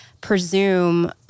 presume